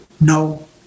no